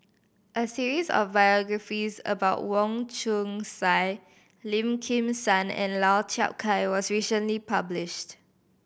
a series of biographies about Wong Chong Sai Lim Kim San and Lau Chiap Khai was recently published